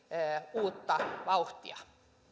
uutta vauhtia